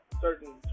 certain